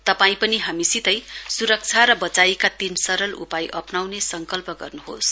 तपाईं पनि हामीसितै सुरक्षा र बचाईका तीन सरल उपाय अप्नाउने संकल्प गर्नुहोस